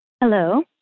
hello